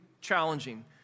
challenging